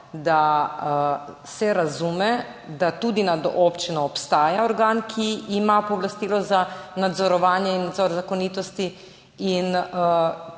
da se razume, da tudi nad občino obstaja organ, ki ima pooblastilo za nadzorovanje in nadzor zakonitosti in